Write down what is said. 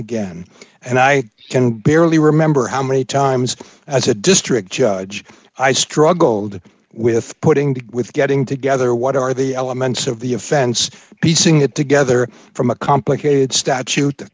again and i can barely remember how many times as a district judge i struggled with putting to with getting together what are the elements of the offense piecing it together from a complicated statute